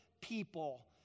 people